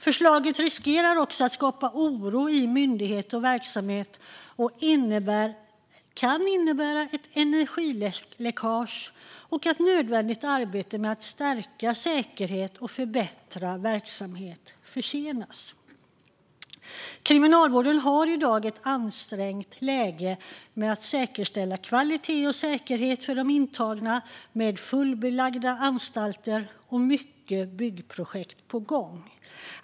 Förslaget riskerar också att skapa oro i myndighet och verksamhet och kan innebära ett energiläckage och att nödvändigt arbete med att stärka säkerhet och förbättra verksamhet försenas. Kriminalvården har i dag ett ansträngt läge när det gäller att säkerställa kvalitet och säkerhet för de intagna, med fullbelagda anstalter och mycket byggprojekt på gång.